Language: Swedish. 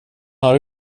har